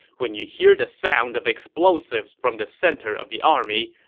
when you hear the sound of explosives from the center of the army,